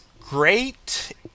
great